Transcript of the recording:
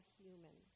human